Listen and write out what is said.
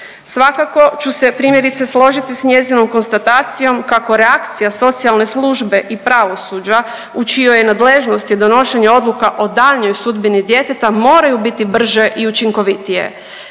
Svakako ću se primjerice složiti s njezinom konstatacijom kako reakcija socijalne službe i pravosuđa u čijoj je nadležnosti donošenje odluka o daljnjoj sudbini djeteta moraju biti brže i učinkovitije.